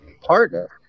partner